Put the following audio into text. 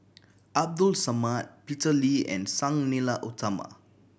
Abdul Samad Peter Lee and Sang Nila Utama